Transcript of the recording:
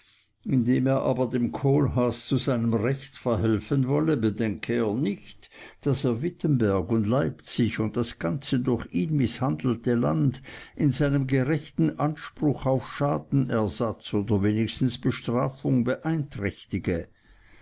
indem er aber dem kohlhaas zu seinem recht verhelfen wolle bedenke er nicht daß er wittenberg und leipzig und das ganze durch ihn mißhandelte land in seinem gerechten anspruch auf schadenersatz oder wenigstens bestrafung beeinträchtige